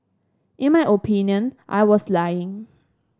in my opinion I was lying